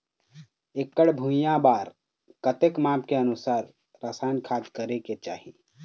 एकड़ भुइयां बार कतेक माप के अनुसार रसायन खाद करें के चाही?